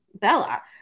Bella